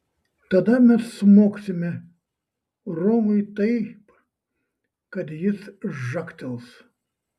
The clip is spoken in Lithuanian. tada mes smogsime romui taip kad jis žagtels